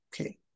Okay